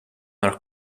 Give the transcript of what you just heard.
are